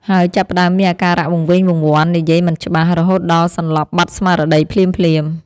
ហើយចាប់ផ្តើមមានអាការៈវង្វេងវង្វាន់ និយាយមិនច្បាស់ រហូតដល់សន្លប់បាត់ស្មារតីភ្លាមៗ។